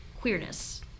queerness